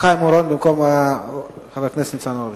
חיים אורון במקום חבר הכנסת ניצן הורוביץ.